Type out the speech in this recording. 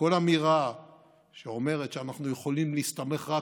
כל אמירה שאומרת שאנחנו יכולים להסתמך רק